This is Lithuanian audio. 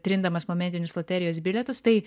trindamas momentinius loterijos bilietus tai